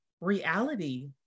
reality